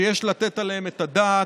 שיש לתת עליהן את הדעת.